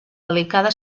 delicada